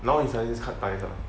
now he suddenly just cut ties ah